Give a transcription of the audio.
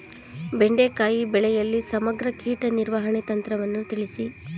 ಬೆಂಡೆಕಾಯಿ ಬೆಳೆಯಲ್ಲಿ ಸಮಗ್ರ ಕೀಟ ನಿರ್ವಹಣೆ ತಂತ್ರವನ್ನು ತಿಳಿಸಿ?